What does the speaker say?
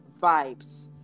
vibes